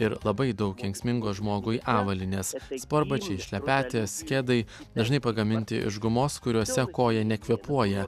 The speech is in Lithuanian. ir labai daug kenksmingos žmogui avalynės sportbačiai šlepetės kedai dažnai pagaminti iš gumos kuriose koja nekvėpuoja